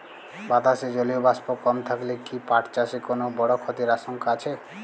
বাতাসে জলীয় বাষ্প কম থাকলে কি পাট চাষে কোনো বড় ক্ষতির আশঙ্কা আছে?